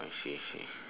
I see I see